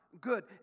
good